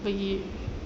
pergi